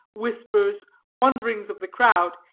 whispers, wonderings of the crowd,